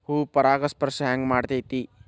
ಹೂ ಪರಾಗಸ್ಪರ್ಶ ಹೆಂಗ್ ಮಾಡ್ತೆತಿ?